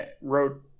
wrote